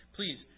Please